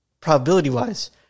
probability-wise